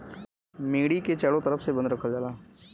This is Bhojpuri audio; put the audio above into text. मेड़ी के चारों तरफ से बंद रखल जाला